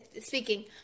speaking